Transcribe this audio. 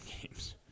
games